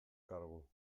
kargu